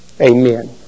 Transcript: amen